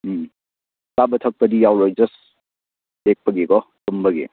ꯎꯝ ꯆꯥꯕ ꯊꯛꯄꯗꯤ ꯌꯥꯎꯔꯣꯏ ꯖꯁ ꯂꯦꯛꯄꯒꯤꯀꯣ ꯇꯨꯝꯕꯒꯤ